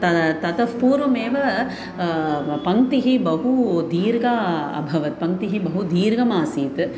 त तत्पूर्वमेव पङ्क्तिः बहु दीर्घा अभवत् पङ्क्तिः बहु दीर्घमासीत्